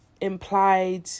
implied